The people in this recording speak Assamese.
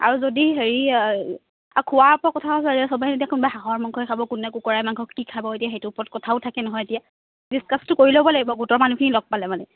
আৰু যদি হেৰি খোৱাৰ ওপৰৰ কথাও যে সবে এতিয়া কোনোবা হাঁহৰ মাংসই খাব কোনে কুকুৰাই মাংস কি খাব এতিয়া সেইটোৰ ওপৰত কথা থাকে নহয় এতিয়া ডিছকাছটো কৰি ল'ব লাগিব গোটৰ মানুহখিনিৰ লগ পালে মানে